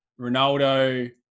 Ronaldo